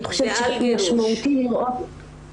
אני חושבת שמשמעותי לראות --- ועל גירוש.